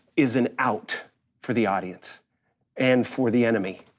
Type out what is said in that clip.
is an out for the audience and for the enemy.